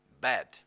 bad